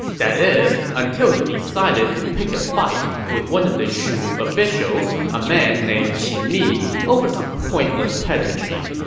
that is, until he decided to pick a fight with one of the shu officials, a man named qin mi, over some pointless pedantry.